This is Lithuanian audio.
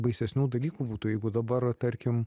baisesnių dalykų būtų jeigu dabar tarkim